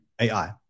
AI